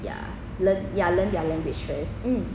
ya learn ya learn their language first